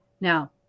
Now